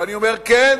ואני אומר: כן,